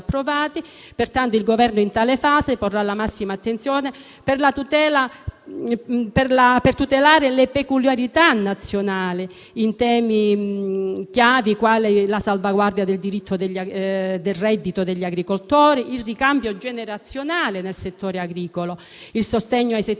pertanto il Governo in tale fase porrà la massima attenzione per tutelare le peculiarità nazionali in temi chiave quali la salvaguardia del reddito degli agricoltori, il ricambio generazionale nel settore agricolo, il sostegno ai settori